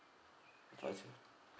or is it